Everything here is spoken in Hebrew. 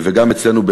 וגם אצלנו,